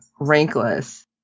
rankless